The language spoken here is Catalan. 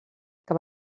que